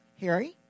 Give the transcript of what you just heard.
Harry